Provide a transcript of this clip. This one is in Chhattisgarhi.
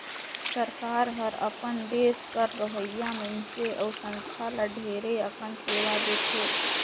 सरकार हर अपन देस कर रहोइया मइनसे अउ संस्था ल ढेरे अकन सेवा देथे